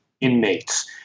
inmates